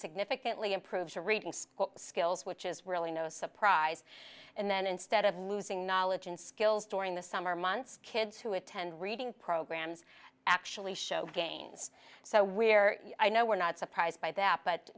significantly improved reading school skills which is really no surprise and then instead of losing knowledge and skills during the summer months kids who attend reading programs actually show gains so we're no we're not surprised by that but